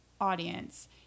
audience